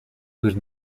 whose